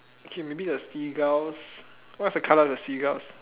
okay maybe the seagulls what is the color of the seagulls